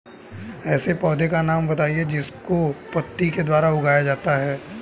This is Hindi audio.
ऐसे पौधे का नाम बताइए जिसको पत्ती के द्वारा उगाया जाता है